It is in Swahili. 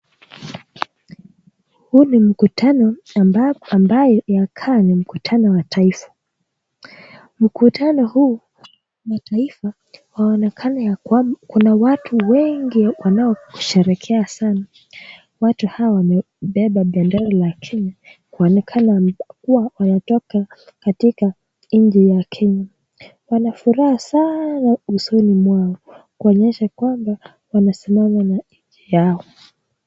Huu ni mkutano ambaye inaka ni mkutano ya Taifa. Mkutano huu wa taifa waonekana kuna watu wengi wanao sherehekea sana. Watu hao wamebeba bendera ya Kenya kuonekana kuwa wametoka katika nchi ya Kenya. Wana furaha sana usoni mwao kuonyesha kwamba wamesimama na nchi yao.